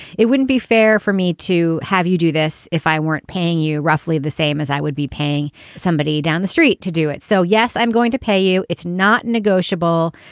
it wouldn't be fair for me to have you do this if i weren't paying you roughly the same as i would be paying somebody down the street to do it. so, yes, i'm going to pay you. it's not negotiable.